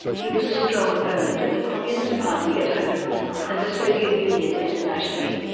he was a strong opponent of the communist party at home and the soviet union internationally.